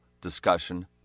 Discussion